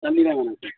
தண்ணியெலாம் வேணாம் சார்